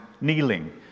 kneeling